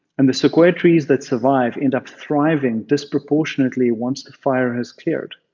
and the sequoia trees that survive end up thriving disproportionately once the fire has cleared,